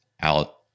out